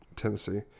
tennessee